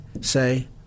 say